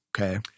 Okay